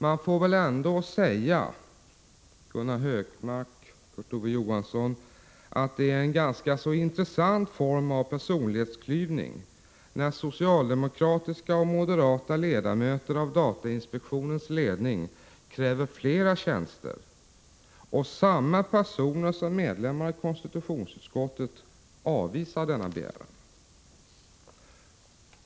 Man får väl ändå säga, Gunnar Hökmark och Kurt Ove Johansson, att det är en ganska intressant form av personlighetsklyvning, när socialdemokratiska och moderata ledamöter i datainspektionens ledning kräver fler tjänster, medan samma personer som medlemmar i konstitutionsutskottet avvisar denna begäran.